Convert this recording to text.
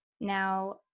Now